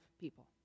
people